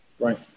Right